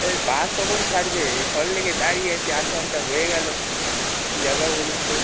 এই বাস কখন ছাড়বে সল্টলেকে দাঁড়িয়ে আছি আধ ঘন্টা হয়ে গেল কী ব্যাপার বলুন তো